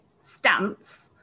stance